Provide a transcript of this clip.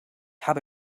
habe